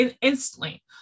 instantly